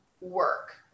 work